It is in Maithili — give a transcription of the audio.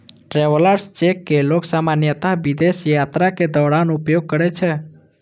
ट्रैवलर्स चेक कें लोग सामान्यतः विदेश यात्राक दौरान उपयोग करै छै